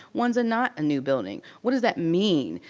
one's not a new building. what does that mean?